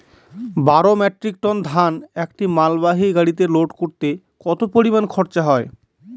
বারো metric ton ধান একটি মালবাহী গাড়িতে লোড করতে কতো পরিমাণ খরচা হয়?